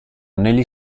negli